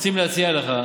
רוצים להציע לך,